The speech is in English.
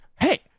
hey